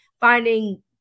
finding